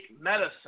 medicine